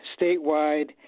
statewide